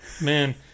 Man